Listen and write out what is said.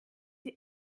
sie